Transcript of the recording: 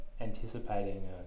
anticipating